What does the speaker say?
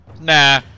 nah